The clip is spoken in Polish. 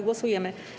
Głosujemy.